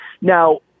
Now